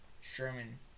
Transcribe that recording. Sherman